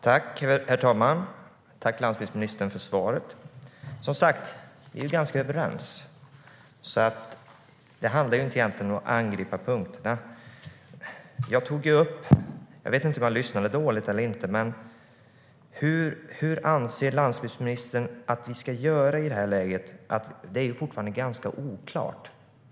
Herr talman! Tack för svaret, landsbygdsministern! Vi är ganska överens. Det handlar egentligen inte om att angripa punkterna. Jag vet inte om jag lyssnade dåligt eller inte. Vad anser landsbygdsministern att vi ska göra i det här läget? Det är fortfarande ganska oklart.